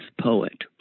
poet